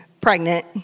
pregnant